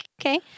okay